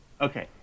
Okay